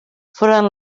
foren